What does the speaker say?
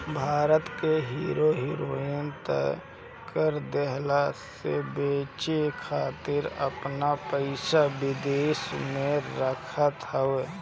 भारत के hero heroine त कर देहला से बचे खातिर आपन पइसा विदेश में रखत हवे